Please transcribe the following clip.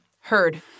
Heard